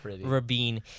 Rabin